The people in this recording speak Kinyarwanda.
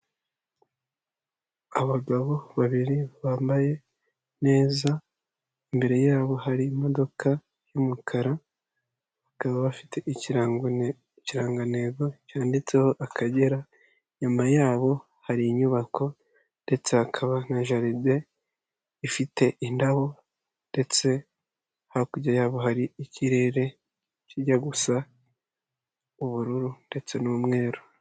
Abagabo babiri bambaye neza, imbere yabo hari imodoka y'umukara. Bakaba bafite ikirangantego cyanditseho Akagera. Inyuma yabo hari inyubako, ndetse hakaba na jaride ifite indabo, ndetse hakurya yabo hari ikirere kijya gusa ubururu n'umweru.